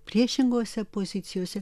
priešingose pozicijose